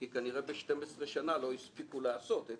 כי כנראה ב-12 שנה לא הספיקו לעשות את